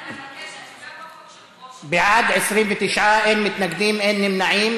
התשע"ז 2017. נא להצביע.